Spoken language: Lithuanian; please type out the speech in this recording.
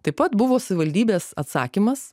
taip pat buvo savivaldybės atsakymas